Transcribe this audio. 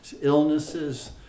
illnesses